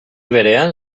berean